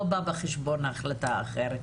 לא בא בחשבון החלטה אחרת.